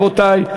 רבותי,